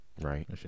right